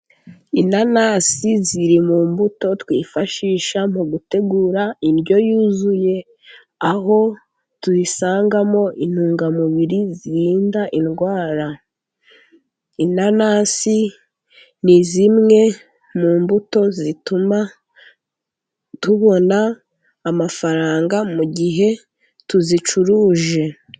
Inanasi ziri mu mbuto twifashisha mu gutegura indyo yuzuye, aho tuyisangamo intungamubiri zirinda indwara. Inanasi ni zimwe mu mbuto zituma tubona amafaranga, mu gihe tuzicuruje.